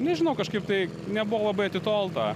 nežinau kažkaip tai nebuvo labai atitolta